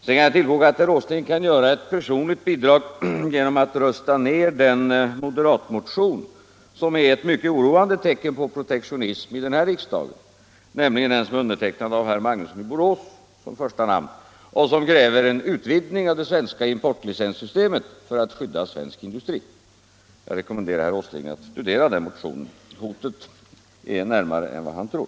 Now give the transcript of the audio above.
Sedan kan jag tillfoga att herr Åsling kan göra en personlig insats genom att rösta ner den moderatmotion som är ett mycket oroande tecken på protektionism i den här riksdagen, nämligen en motion undertecknad av herr Magnusson i Borås som första namn och som kräver en utvidgning av det svenska importlicenssystemet för att skydda svensk industri. Jag rekommenderar herr Åsling att studera den motionen. Hotet är närmare än vad han tror.